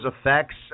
effects